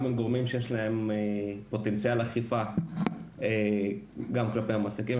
גם עם גורמים שיש להם פוטנציאל אכיפה גם כלפי המסיגים,